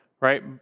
right